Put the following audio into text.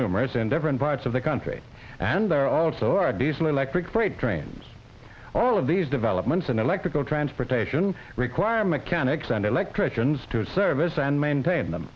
numerous in different parts of the country and there also are diesel electric freight trains all of these developments and electrical transportation require mechanics and electricians to service and maintain them